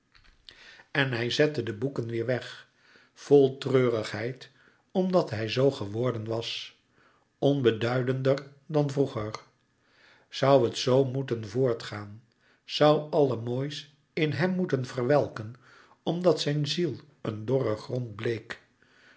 en hij zette de boeken weêr weg vol treurigheid omdat hij zoo geworden was onbeduidender dan vroeger zoû het zoo moeten voortgaan zoû alle moois in hem moeten verwelken omdat zijn ziel een dorre grond bleek